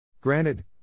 Granted